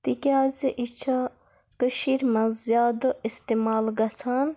تِکیٛازِ یہِ چھِ کٔشیٖر منٛز زیادٕ اِستعمال گژھان